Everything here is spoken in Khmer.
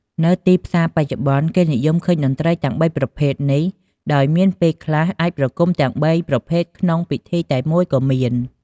នៅទីផ្សារបច្ចុប្បន្ន គេនិយមឃើញតន្រ្តីទាំងបីប្រភេទនេះ ដោយមានពេលខ្លះអាចប្រគុំទាំងបីប្រភេទក្នុងពិធីតែមួយក៏មាន។